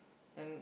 then